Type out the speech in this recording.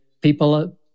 people